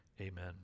Amen